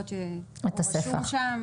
להראות שהוא רשום שם.